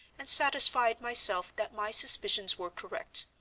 and satisfied myself that my suspicions were correct.